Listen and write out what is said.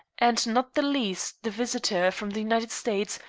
and not the least the visitor from the united states,